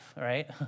right